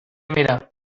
mira